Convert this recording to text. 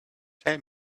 tell